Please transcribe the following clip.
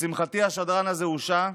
לשמחתי, השדרן הזה הושעה,